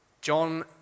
John